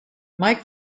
mike